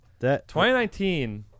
2019